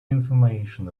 information